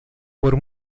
por